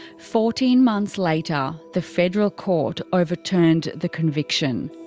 fourteen months later, the federal court overturned the conviction.